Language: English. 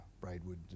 Braidwood